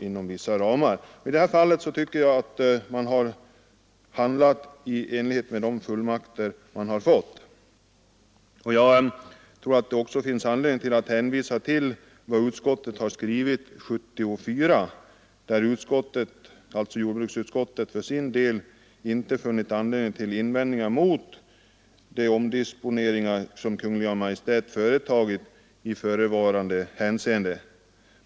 I detta fall tycker jag att regeringen har handlat i enlighet med de fullmakter den fått. Jag tror att det också finns anledning att hänvisa till vad jordbruksutskottet skrivit 1974. Utskottet har för sin del inte funnit anledning till invändningar mot de omdispositioner Kungl. Maj:t företagit i förevarande hänseende.